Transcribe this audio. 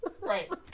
right